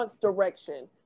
direction